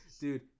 dude